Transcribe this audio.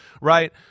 Right